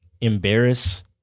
Embarrass